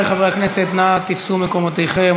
חברי חברי הכנסת, נא תפסו מקומותיכם.